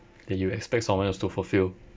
that you expect someone else to fulfil